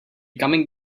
coming